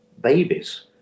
babies